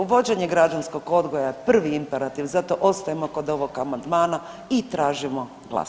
Uvođenje građanskog odgoja je prvi imperativ, zato ostajemo kod ovog amandmana i tražimo glasanje.